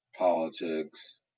politics